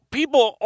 people